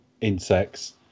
insects